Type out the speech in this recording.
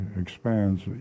expands